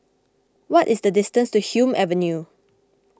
what is the distance to Hume Avenue